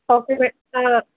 coffee పెట్టుకునే